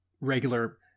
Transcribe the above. regular